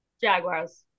Jaguars